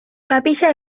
capilla